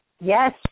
Yes